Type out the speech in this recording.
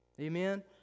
Amen